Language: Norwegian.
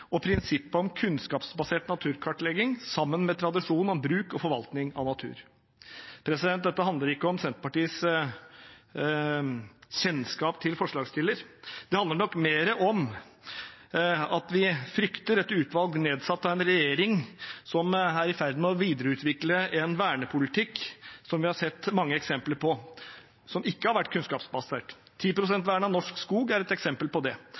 og prinsippet om kunnskapsbasert naturkartlegging, sammen med tradisjonen med bruk og forvaltning av natur. Dette handler ikke om Senterpartiets kjennskap til forslagsstillerne. Det handler nok mer om at vi frykter et utvalg nedsatt av en regjering som er i ferd med å videreutvikle en vernepolitikk som vi har sett mange eksempler på ikke har vært kunnskapsbasert. 10-prosentvernet av norsk skog er et eksempel på det.